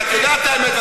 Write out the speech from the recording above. הרי את יודעת את האמת.